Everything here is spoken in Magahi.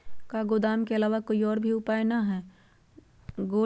का गोदाम के आलावा कोई और उपाय न ह?